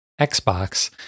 Xbox